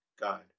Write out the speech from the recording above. God